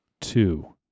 Two